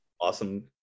awesome